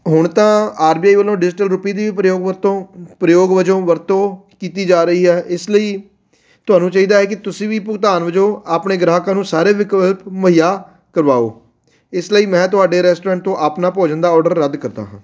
ਹੁਣ ਤਾਂ R B I ਵੱਲੋਂ ਡਿਜੀਟਲ ਰੂਪੀ ਦੀ ਪ੍ਰਯੋਗ ਵਰਤੋਂ ਪ੍ਰਯੋਗ ਵਜੋਂ ਵਰਤੋਂ ਕੀਤੀ ਜਾ ਰਹੀ ਹੈ ਇਸ ਲਈ ਤੁਹਾਨੂੰ ਚਾਹੀਦਾ ਹੈ ਕਿ ਤੁਸੀਂ ਵੀ ਭੁਗਤਾਨ ਵਜੋਂ ਆਪਣੇ ਗ੍ਰਾਹਕਾਂ ਨੂੰ ਸਾਰੇ ਵਿਕਲਪ ਮੁਹੱਈਆ ਕਰਵਾਓ ਇਸ ਲਈ ਮੈਂ ਤੁਹਾਡੇ ਰੈਸਟੋਰੈਂਟ ਤੋਂ ਆਪਣਾ ਭੋਜਨ ਦਾ ਔਡਰ ਰੱਦ ਕਰਦਾ ਹਾਂ